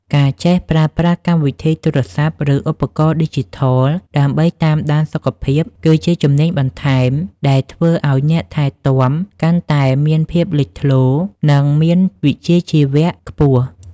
ការចេះប្រើប្រាស់កម្មវិធីទូរស័ព្ទ ឬឧបករណ៍ឌីជីថលដើម្បីតាមដានសុខភាព គឺជាជំនាញបន្ថែមដែលធ្វើឱ្យអ្នកថែទាំកាន់តែមានភាពលេចធ្លោ និងមានវិជ្ជាជីវៈខ្ពស់។